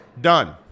done